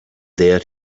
there